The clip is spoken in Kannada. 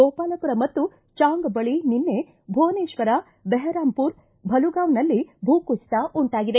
ಗೋಪಾಲಪುರ ಮತ್ತು ಚಾಂಗ್ ಬಳ ನಿನ್ನೆ ಭುವನೇತ್ವರ ಭೆಹರಾಂಪುರ ಭಲುಗಾವ್ನಲ್ಲಿ ಭೂಕುಸಿತ ಉಂಟಾಗಿದೆ